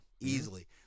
Easily